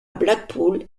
blackpool